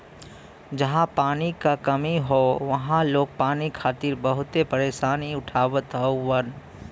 जहां पानी क कमी हौ वहां लोग पानी खातिर बहुते परेशानी उठावत हउवन